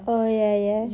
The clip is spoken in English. oh ya ya